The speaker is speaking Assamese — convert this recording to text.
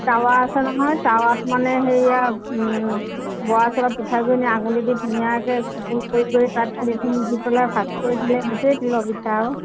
টাৱা আছে নহয় টাৱাত মানে হেৰি আৰু বৰা চাউলৰ পিঠাখিনি আঙুলি দি ধুনীয়াকৈ গোল কৰি কৰি তাত তিলখিনি দি পেলাই ভাঁজ কৰি দিলে সেইটোৱে তিলৰ পিঠা আৰু